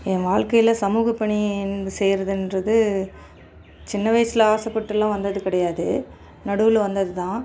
ஏன் வாழ்க்கையில் சமூகப்பணி செய்யறதுன்றது சின்ன வயசில் ஆசைப்பட்டுலாம் வந்தது கிடையாது நடுவில் வந்தது தான்